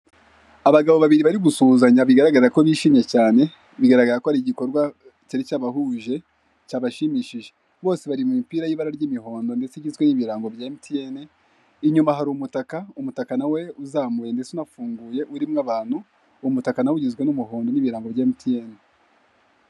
Abagabo babiri bari gusuhuzanya bigaragara ko bishimye cyane, bigaragara ko ari igikorwa cyari cyabahuje cyabashimishije; bose bari mu mipira y'ibara ry'imihondo ndetse igizwe'ibirango bya MTN, inyuma hari umutaka, umutaka nawe uzamuye ndetse unafunguye urimo abantu, umutaka na ugizwe n'umuhodo n'ibirango bya MTN.